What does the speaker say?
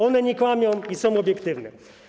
One nie kłamią i są obiektywne.